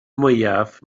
mwyaf